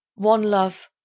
one love,